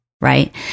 right